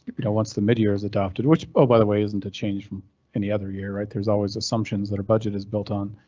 you know once the midyear is adopted, which by the way isn't a change from any other year right, there's always assumptions that our budget is built on.